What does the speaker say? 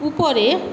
উপরে